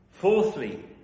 Fourthly